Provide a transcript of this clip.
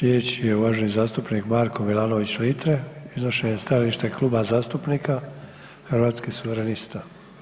Slijedeći je uvaženi zastupnik Marko Milanović Litre, iznošenje stajališta Kluba zastupnika Hrvatskih suverenista.